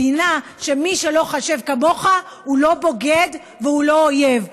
מדינה שמי שלא חושב כמוך הוא לא בוגד והוא לא אויב.